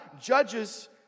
judges